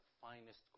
finest